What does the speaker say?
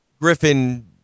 Griffin